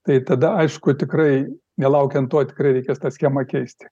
tai tada aišku tikrai nelaukiant to tikrai reikės tą schemą keisti